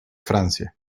francia